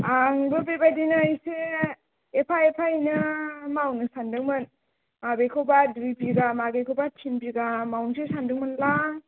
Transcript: आंबो बेबायदिनो एसे एफा एफायैनो मावनो सान्दोंमोन माबेखौबा दुइ बिगा माबेखौबा थिन बिगा मावनोसै सान्दोंमोनलां